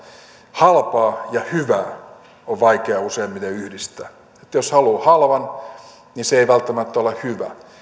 halpaa ja hyvää on useimmiten vaikea yhdistää jos haluaa halvan niin se ei välttämättä ole hyvä